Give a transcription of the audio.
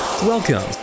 Welcome